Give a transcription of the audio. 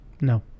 no